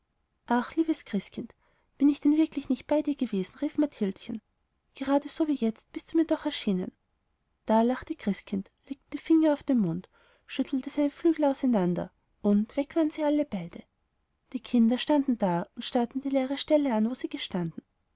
ach liebes christkind bin ich denn wirklich nicht bei dir gewesen rief mathildchen geradeso wie jetzt bist du mir doch erschienen da lächelte christkind legte den finger auf den mund schüttelte seine flügel auseinander und weg waren sie beide die kinder standen da und starrten die leere stelle an wo sie gestanden